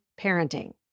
parenting